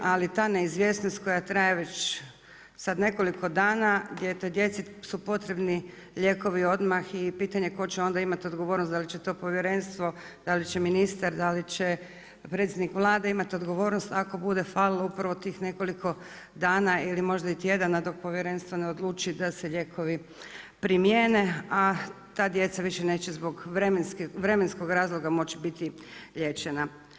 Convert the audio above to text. Ali ta neizvjesnost koja traje već sada nekoliko dana djeci su potrebni lijekovi odmah i pitanje tko će onda imati odgovornost, da li će to povjerenstvo, da li će ministar, da li će predsjednik Vlade imati odgovornost ako bude falilo upravo tih nekoliko dana ili možda i tjedana dok povjerenstvo ne odluči da se lijekovi primijene, a ta djeca više neće zbog vremenskog razloga moći biti liječena.